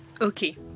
okay